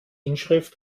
inschrift